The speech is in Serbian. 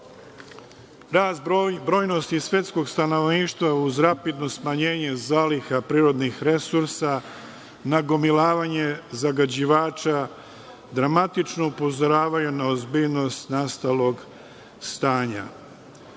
brojnost svetskog stanovništva, uz rapidno smanjenje zaliha priordnih resursa, nagomilavanje zagađivača, dramatično upozoravaju na ozbiljnost nastalog stanja. Samo